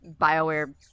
Bioware